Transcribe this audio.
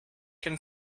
can